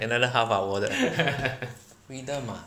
another half hour [le] freedom ah